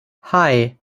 hei